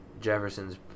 Jefferson's